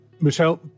Michelle